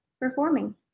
performing